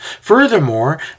Furthermore